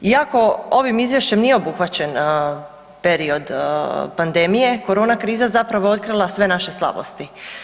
Iako ovim izvješćem nije obuhvaćen period pandemije, korona kriza zapravo je otkrila sve naše slabosti.